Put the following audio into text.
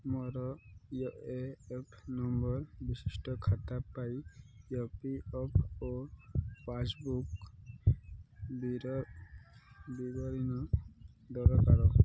ମୋର E P F number ବିଶିଷ୍ଟ ଖାତା ପାଇଁ E P F O passbook ବିବରଣୀ ଦରକାର